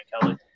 Kelly